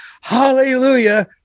hallelujah